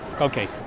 Okay